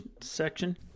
section